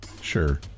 Sure